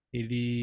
Ele